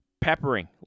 Peppering